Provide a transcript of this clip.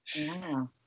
Wow